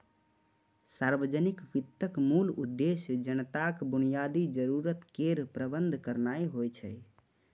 सार्वजनिक वित्तक मूल उद्देश्य जनताक बुनियादी जरूरत केर प्रबंध करनाय होइ छै